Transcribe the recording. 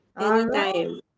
Anytime